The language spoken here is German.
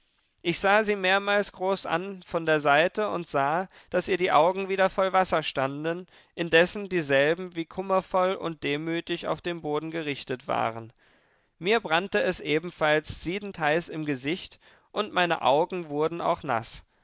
ich sah sie mehrmals groß an von der seite und sah daß ihr die augen wieder voll wasser standen indessen dieselben wie kummervoll und demütig auf den boden gerichtet waren mir brannte es ebenfalls siedendheiß im gesicht und meine augen wurden auch naß